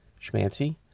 schmancy